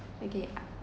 okay